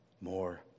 more